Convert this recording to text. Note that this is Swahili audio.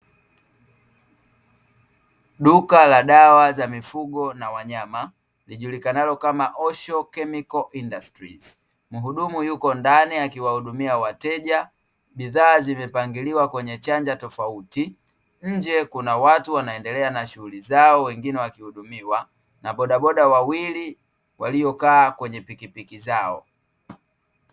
Duka la dawa za mifugo na wanyama, lijulikanalo kama "Osho Chemical Industries". Muhudumu yako ndani akiwahudumia wateja, bidhaa zimepangiliwa kwenye chanja tofauti, nje kuna watu wanaendelea na shughuli zao wengine wakihudumiwa na bodaboda wawili waliokaa kwenye pikipiki zao.